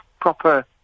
proper